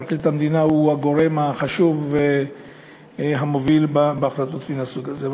פרקליט המדינה הוא הגורם החשוב והמוביל בדברים מהסוג הזה.